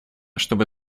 чтобы